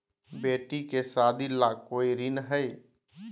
बेटी के सादी ला कोई ऋण हई?